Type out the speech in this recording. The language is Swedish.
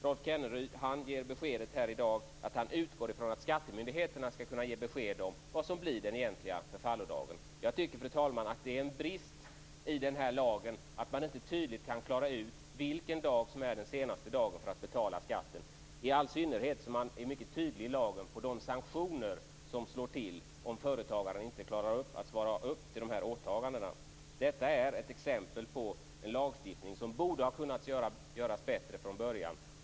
Rolf Kenneryd ger här i dag beskedet att han utgår från att skattemyndigheterna skall kunna ge besked om vad som blir den egentliga förfallodagen. Fru talman! Jag tycker att det är en brist i lagen att man inte tydligt kan klara ut vilken dag som är den senaste dagen för att betala skatten, i all synnerhet som man är mycket tydlig i lagen om de sanktioner som slår till om företagaren inte klarar av att svara upp till dessa åtaganden. Detta är ett exempel på en lagstiftning som man borde ha kunnat göra bättre från början.